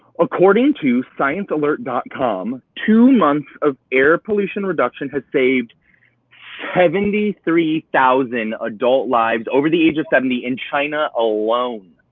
according to sciencealert com, two months of air pollution reduction has saved seventy three thousand adult lives over the age of seventy in china alone.